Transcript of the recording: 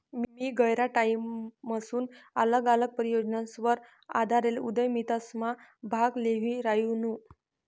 मी गयरा टाईमपसून आल्लग आल्लग परियोजनासवर आधारेल उदयमितासमा भाग ल्ही रायनू